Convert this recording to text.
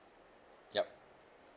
yup